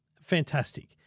Fantastic